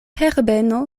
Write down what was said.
herbeno